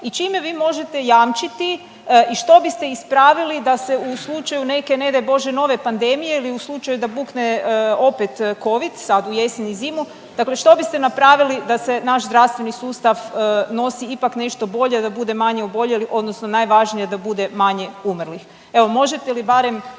i čime vi možete jamčiti i što biste ispravili da se u slučaju neke ne daj Bože nove pandemije ili u slučaju da bukne opet covid sad u jesen i zimu, dakle što biste napravili da se naš zdravstveni sustav nosi ipak nešto bolje, da bude manje oboljelih odnosno najvažnije da bude manje umrlih? Evo, možete li barem